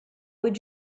would